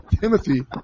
Timothy